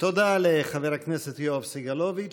תודה לחבר הכנסת יואב סגלוביץ'.